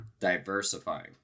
Diversifying